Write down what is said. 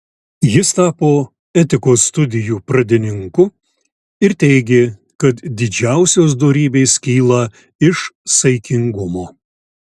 jis tapo etikos studijų pradininku ir teigė kad didžiausios dorybės kyla iš saikingumo